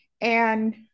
And-